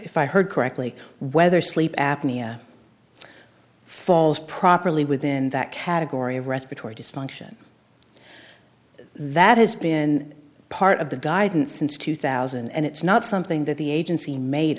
if i heard correctly whether sleep apnea falls properly within that category of respiratory dysfunction that has been part of the guidance since two thousand and it's not something that the agency made